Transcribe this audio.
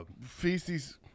Feces